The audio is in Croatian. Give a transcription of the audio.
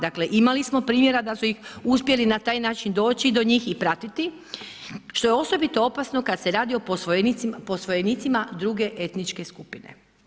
Dakle imali smo primjera da su uspjeli na taj način doći do njih i pratiti što je osobito opasno kada se radi o posvojenicima druge etničke skupine.